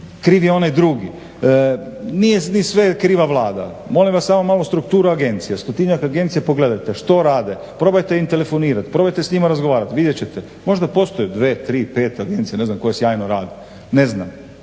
kriv je onaj drugi. Nije ni sve kriva Vlada, molim vas samo malo strukturu agencije. Stotinjak agencija pogledajte što rade? Probajte im telefonirati, probajte s njima razgovarati, vidjet ćete, možda postoje dvije, tri, pet agencija ne znam koje sjajno rade, ne znam.